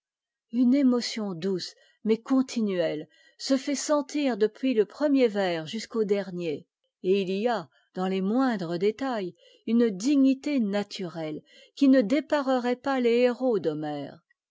une émotion douée mais continuelle se fait sentir depuis le premier vers jusqu'au dernier et il y a dans les moindres détails une dignité naturelle qui ne déparerait par les héros d'homère